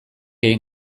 egin